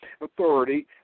authority